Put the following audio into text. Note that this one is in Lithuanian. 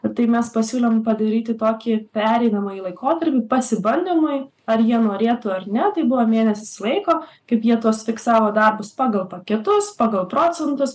ir tai mes pasiūlėm padaryti tokį pereinamąjį laikotarpį pasibandymui ar jie norėtų ar ne tai buvo mėnesis laiko kaip jie tuos fiksavo darbus pagal paketus pagal procentus